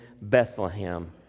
Bethlehem